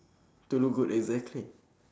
to look good exactly